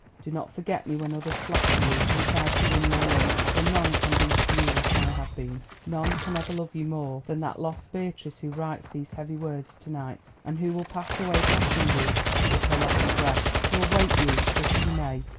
do not forget me when others flatter you and try to win your love, for none can be to you what i have been none can ever love you more than that lost beatrice who writes these heavy words to-night, and who will pass away blessing you with her last breath, to await you, if she may,